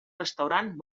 restaurant